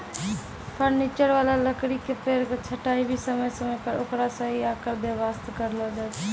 furniture वाला लकड़ी के पेड़ के छंटाई भी समय समय पर ओकरा सही आकार दै वास्तॅ करलो जाय छै